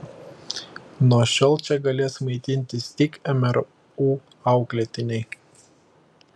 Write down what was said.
nuo šiol čia galės maitintis tik mru auklėtiniai